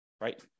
right